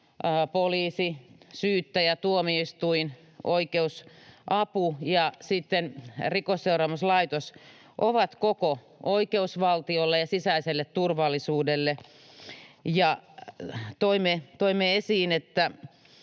poliisi, syyttäjä, tuomioistuin, oikeusapu ja sitten Rikosseuraamuslaitos — on koko oikeusvaltiolle ja sisäiselle turvallisuudelle. Toimme esiin, että